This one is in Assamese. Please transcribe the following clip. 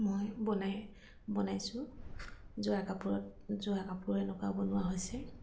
মই বনাই বনাইছোঁ যোৰা কাপোৰত যোৰা কাপোৰ এনেকুৱা বনোৱা হৈছে